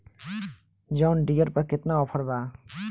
John Deere पर केतना offer बा?